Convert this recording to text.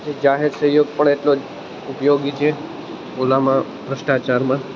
પછી જાહેર સહયોગ પણ એટલો જ ઉપયોગી છે ઓલામાં ભ્રષ્ટાચારમાં